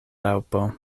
raŭpo